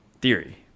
theory